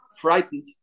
frightened